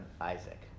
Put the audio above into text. Isaac